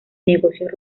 negocios